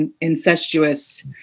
incestuous